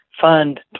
fund